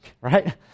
right